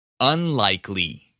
Unlikely